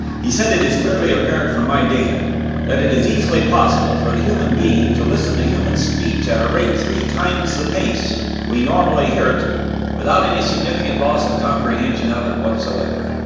he said it is clearly apparent from my data that it is easily possible for the human being to listen to human speech at a rate three times the pace we normally hear it without any significant loss of comprehension of it whatsoever.